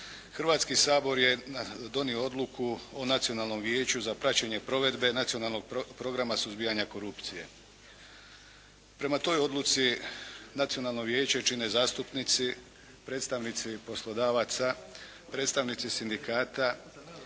Hrvatski sabor je donio odluku o Nacionalnom vijeću za praćenje provedbe Nacionalnog programa suzbijanja korupcije. Prema toj odluci Nacionalno vijeće čine zastupnici, predstavnici poslodavaca, predstavnici sindikata,